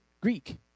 Greek